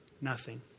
nothing